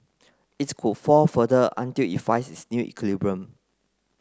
it's could fall further until it find it is new equilibrium